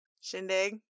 Shindig